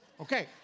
Okay